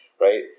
right